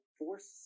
force